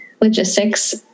logistics